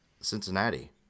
Cincinnati